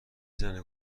زنه